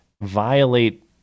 violate